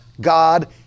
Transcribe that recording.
God